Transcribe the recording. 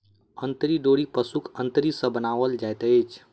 अंतरी डोरी पशुक अंतरी सॅ बनाओल जाइत अछि